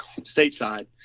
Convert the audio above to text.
stateside